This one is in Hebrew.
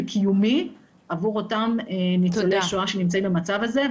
וקיומי עבור אותם ניצולי שואה שנמצאים במצב הזה,